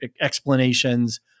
explanations